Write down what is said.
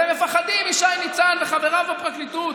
אתם מפחדים משי ניצן וחבריו בפרקליטות,